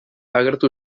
agertu